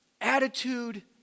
attitude